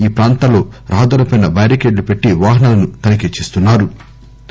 ఈ ప్రాంతాల్లో రహదారులపై బారికేడ్లు పెట్టి వాహనాలను తనిఖీ చేస్తున్నా రు